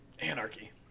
Anarchy